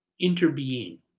interbeing